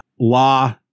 law